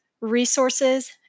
resources